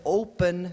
open